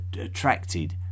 attracted